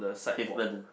pavement ah